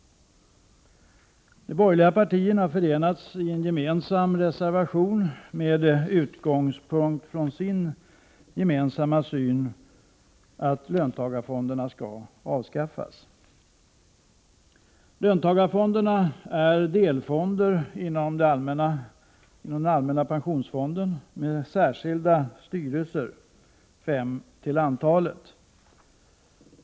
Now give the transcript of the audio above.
De borgerliga partierna har förenats i en gemensam reservation med utgångspunkt i sin gemensamma syn att löntagarfonderna skall avskaffas. Löntagarfonderna är delfonder inom den allmänna pensionsfonden med särskilda styrelser, fem till antalet.